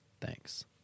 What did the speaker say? Thanks